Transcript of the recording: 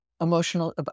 Emotional